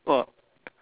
well